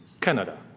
Canada